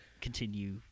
continue